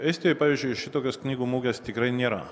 estijoj pavyzdžiui šitokios knygų mugės tikrai nėra